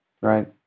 Right